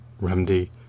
remedy